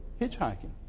hitchhiking